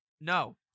No